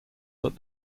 that